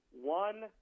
One